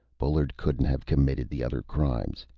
bullard couldn't have committed the other crimes.